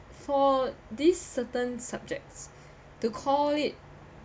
for this certain subjects to call it